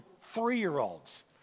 three-year-olds